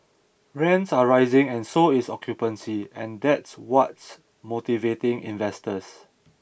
rents are rising and so is occupancy and that's what's motivating investors